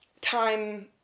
time